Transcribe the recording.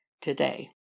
today